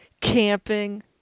camping